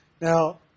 Now